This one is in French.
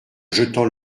jetant